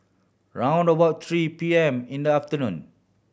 round about three P M in the afternoon